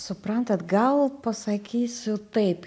suprantat gal pasakysiu taip